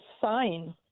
sign